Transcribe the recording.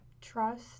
Trust